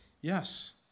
Yes